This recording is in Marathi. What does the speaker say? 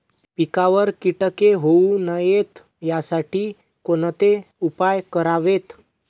पिकावर किटके होऊ नयेत यासाठी कोणते उपाय करावेत?